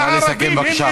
הערבים, נא לסכם, בבקשה.